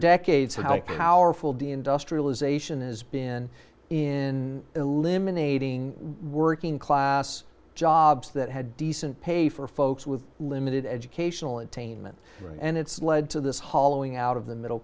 decades how powerful d industrialization has been in eliminating working class jobs that had decent pay for folks with limited educational attainment and it's led to this hollowing out of the middle